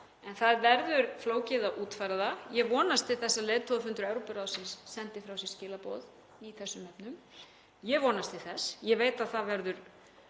en það verður flókið að útfæra það. Ég vonast til þess að leiðtogafundur Evrópuráðsins sendi frá sér skilaboð í þessum efnum. Ég vonast til þess. Ég veit að það verður